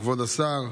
כבוד השר,